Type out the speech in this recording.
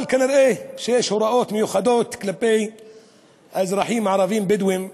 אבל נראה שיש הוראות מיוחדות כלפי האזרחים הערבים בדואים.